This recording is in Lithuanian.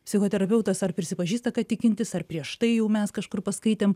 psichoterapeutas ar prisipažįsta kad tikintis ar prieš tai jau mes kažkur paskaitėm